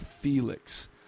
Felix